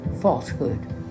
falsehood